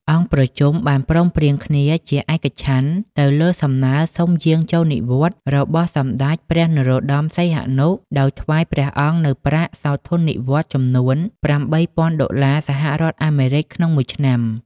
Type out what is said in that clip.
អង្គប្រជុំបានព្រមព្រៀងគ្នាជាឯកច្ឆន្ទទៅលើសំណើសុំយាងចូលនិវត្តន៍របស់ សម្តេចព្រះ នរោត្តម សីហនុ ដោយថ្វាយព្រះអង្គនូវប្រាក់សោធននិវត្តន៍ចំនួន៨ពាន់ដុល្លារសហរដ្ឋអាមេរិកក្នុងមួយឆ្នាំ។